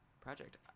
project